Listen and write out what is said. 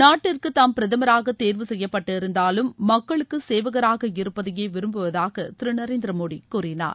நாட்டிற்கு தாம் பிரதமராக தேர்வு செய்யப்பட்டிருந்தாலும் மக்களுக்கு சேவகராக இருப்பதையே விரும்புவதாக திரு நரேந்திர மோடி கூறினார்